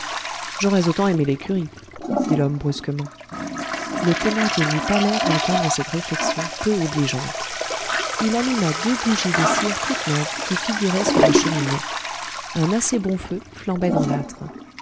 j'aurais autant aimé l'écurie dit l'homme brusquement le thénardier n'eut pas l'air d'entendre cette réflexion peu obligeante il alluma deux bougies de cire toutes neuves qui figuraient sur la cheminée un assez bon feu flambait dans l'âtre